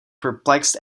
perplexed